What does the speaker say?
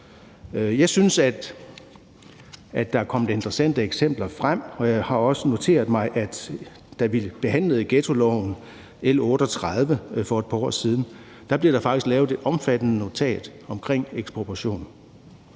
Jeg synes, at der er kommet interessante eksempler frem, og jeg har også noteret mig, at da vi behandlede ghettoloven, L 38, for et par år siden, blev der faktisk lavet et omfattende notat omkring ekspropriation.